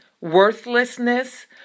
worthlessness